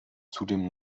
zudem